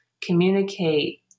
communicate